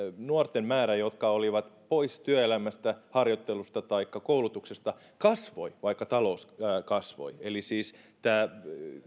nuorten määrä jotka olivat pois työelämästä harjoittelusta taikka koulutuksesta kasvoi vaikka talous kasvoi eli siis tämä